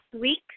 week